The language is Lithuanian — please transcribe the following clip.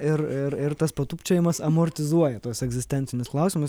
ir ir ir tas patūpčiojimas amortizuoja tuos egzistencinius klausimus